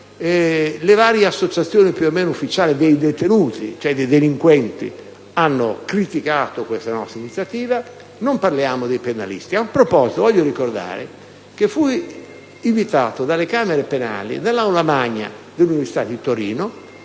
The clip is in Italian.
Le varie associazioni, più o meno ufficiali, dei detenuti, cioè dei delinquenti, hanno criticato questa nostra iniziativa, per non parlare poi dei penalisti. A tal proposito, voglio ricordare che, quando fui invitato dalle Camere penali nell'aula magna dell'università di Torino,